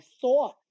thought